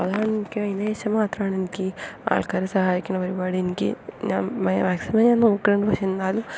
അതാണ് എനിക്ക് ഭയങ്കര വിഷമം മാത്രമാണ് എനിക്ക് ആൾക്കാരെ സഹായിക്കുന്ന പരുപാടി എനിക്ക് ഞാൻ മാക്സിമം ഞാൻ നോക്കുന്നുണ്ട് പക്ഷെ എന്നാലും